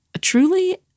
truly